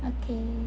okay